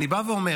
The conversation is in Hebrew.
אני בא ואומר,